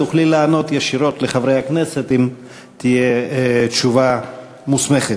תוכלי לענות ישירות לחברי הכנסת אם תהיה תשובה מוסמכת.